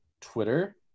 Twitter